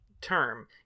term